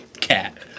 cat